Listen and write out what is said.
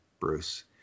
Bruce